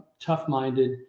tough-minded